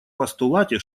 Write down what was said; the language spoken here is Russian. постулате